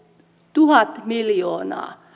tuhat miljoonaa